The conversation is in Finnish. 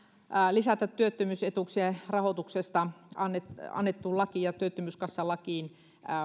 lisätä työttömyysetuuksien rahoituksesta annettuun annettuun lakiin ja työttömyyskassalakiin